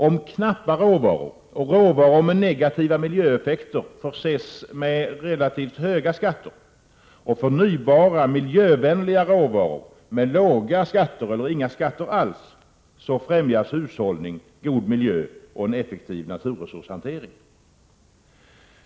Om knappa råvaror och råvaror med negativa miljöeffekter förses med relativt höga skatter och förnybara miljövänliga råvaror med låga skatter eller inga skatter alls främjas hushållning, god miljö och en effektiv naturresurshantering.